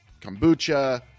kombucha